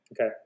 Okay